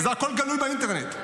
זה הכול גלוי באינטרנט.